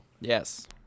Yes